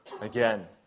Again